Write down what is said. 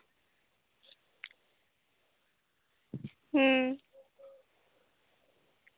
ᱦᱩᱸ